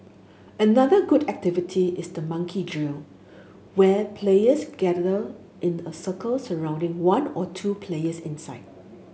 another good activity is the monkey drill where players gather in a circle surrounding one or two players inside